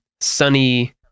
sunny